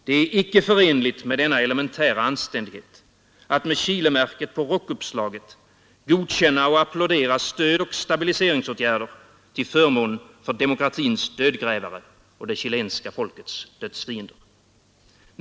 Det är icke förenligt med denna elementära anständighet att med Chilemärket på rockuppslaget godkänna och applådera stöd och stabilise ringsåtgärder till förmån för demokratins dödgrävare och det chilenska folkets dödsfiender.